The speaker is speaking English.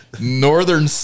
northern